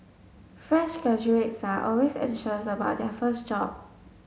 fresh graduates are always anxious about their first job